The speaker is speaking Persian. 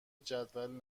جدول